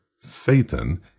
Satan